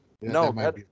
No